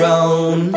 own